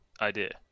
idea